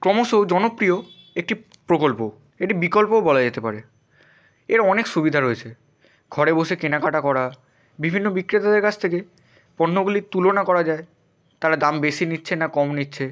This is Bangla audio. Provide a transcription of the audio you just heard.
ক্রমশ জনপ্রিয় একটি প্রকল্প একটি বিকল্পও বলা যেতে পারে এর অনেক সুবিধা রয়েছে ঘরে বসে কেনাকাটা করা বিভিন্ন বিক্রেতাদের কাছ থেকে পণ্যগুলির তুলনা করা যায় তারা দাম বেশি নিচ্ছে না কম নিচ্ছে